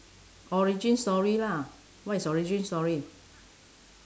origin story lah what is origin story